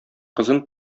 кызын